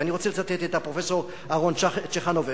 ואני רוצה לצטט את הפרופסור אהרן צ'חנובר,